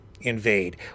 invade